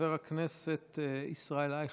חבר הכנסת ישראל אייכלר.